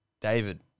David